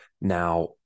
Now